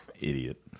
Idiot